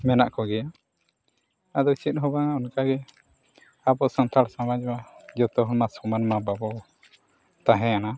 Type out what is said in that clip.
ᱢᱮᱱᱟᱜ ᱠᱚᱜᱮᱭᱟ ᱟᱫᱚ ᱪᱮᱫ ᱦᱚᱸ ᱵᱟᱝᱟ ᱚᱱᱠᱟᱜᱮ ᱟᱵᱚ ᱥᱟᱱᱛᱟᱲ ᱥᱚᱢᱟᱡᱽ ᱨᱮ ᱦᱚᱸ ᱡᱚᱛᱚ ᱦᱩᱱᱟᱹᱝ ᱥᱟᱱᱟᱢᱢᱟ ᱵᱟᱵᱚ ᱛᱟᱦᱮᱱᱟ